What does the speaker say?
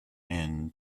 end